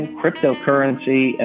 cryptocurrency